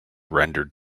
rendered